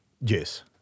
Yes